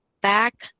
back